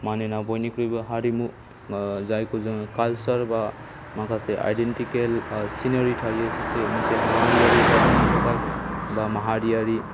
मानोना बयनिख्रुइबो हारिमु जायखौ जोङो काल्चार बा माखासे आइडेन्टिकेल सिनारि थायो सासे मोनसे माहारियारि जाथिनि थाखाय बा माहारियारि